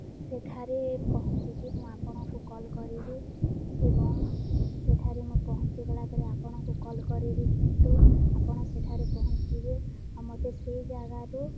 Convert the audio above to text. ସେଠାରେ ପହଁଞ୍ଚିକି ମୁଁ ଆପଣଙ୍କୁ କଲ୍ କରିବି ଏବଂ ସେଠାରେ ମୁଁ ପହଁଞ୍ଚି ଗଲା ପରେ ଆପଣଙ୍କୁ କଲ୍ କରିବି କିନ୍ତୁ ଆପଣ ସେଠାରେ ପହଁଞ୍ଚିବେ ଆଉ ମୋତେ ସେଇ ଜାଗାରୁ